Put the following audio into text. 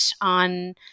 on